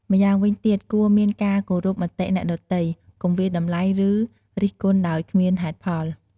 ម្យ៉ាងវិញទៀតគួរមានការគោរពមតិអ្នកដ៏ទៃ កុំវាយតម្លៃឬរិះគន់ដោយគ្មានហេតុផល។